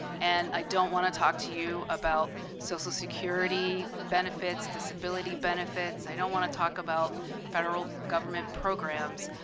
and i don't want to talk to you about social security benefits, disability benefits. i don't want to talk about federal government programs.